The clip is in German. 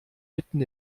mitten